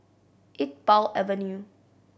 Iqbal Avenue